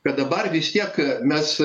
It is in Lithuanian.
kad dabar vis tiek mes